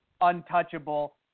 untouchable